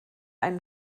einen